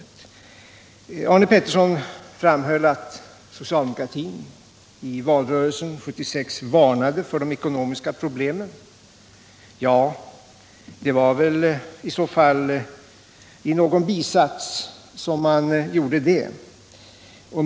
Han framhöll också att socialdemokratin i valrörelsen 1976 varnade för de ekonomiska problemen. Ja, det var väl i så fall i någon bisats som man gjorde det.